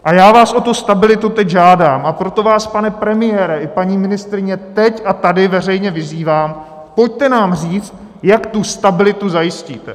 A já vás o tu stabilitu teď žádám, a proto vás, pane premiére i paní ministryně, teď a tady veřejně vyzývám, pojďte nám říct, jak tu stabilitu zajistíte.